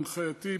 בהנחייתי,